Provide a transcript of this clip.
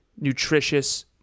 nutritious